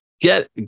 Get